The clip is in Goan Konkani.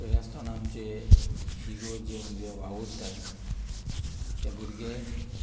तोरी आसतोना आमचे इगोर्जेन जे वावूरताय ते भुरगे